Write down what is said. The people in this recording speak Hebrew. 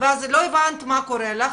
אז לא הבנת מה קורה לך,